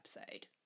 episode